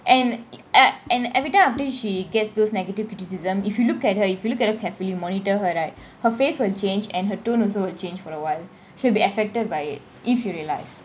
and a~ and everytime after she gets those negative criticism if you look at her if you look at her carefully monitor her right her face will change and her tone also will change for awhile she'll be affected by it if you realise